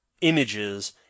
images